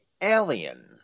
alien